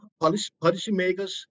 policymakers